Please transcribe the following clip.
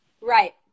Right